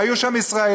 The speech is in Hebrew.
והיו שם ישראלים,